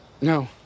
No